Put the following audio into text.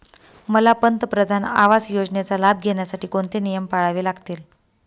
मला पंतप्रधान आवास योजनेचा लाभ घेण्यासाठी कोणते नियम पाळावे लागतील?